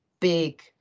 big